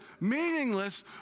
meaningless